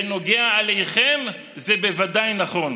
בנוגע אליכם זה בוודאי נכון.